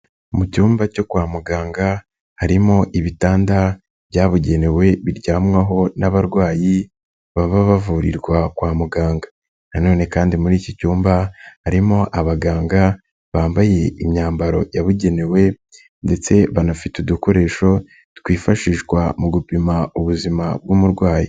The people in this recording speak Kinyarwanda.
Mu cyumba cyo kwa muganga harimo ibitanda byabugenewe biryamwaho n'abarwayi baba bavurirwa kwa muganga, nanone kandi muri iki cyumba harimo abaganga bambaye imyambaro yabugenewe ndetse banafite udukoresho twifashishwa mu gupima ubuzima bw'umurwayi.